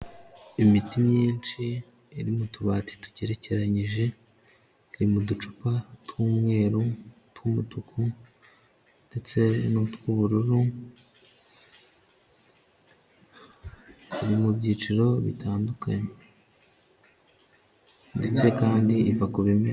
Imiti myinshi iri mu tubati tugerekeranyije. Iri mu ducupa tw'umweru, tw'umutuku ndetse n'utw'ubururu. Iri mu byiciro bitandukanye ndetse kandi iva ku bimera.